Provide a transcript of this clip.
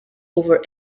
over